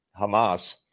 Hamas